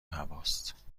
هواست